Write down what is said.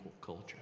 culture